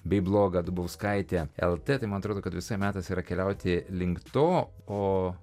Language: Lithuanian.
bei blogą dubauskaitė lt tai man atrodo kad visa metas yra keliauti link to o